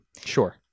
Sure